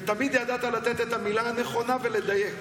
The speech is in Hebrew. ותמיד ידעת לתת את המילה הנכונה ולדייק.